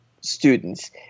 students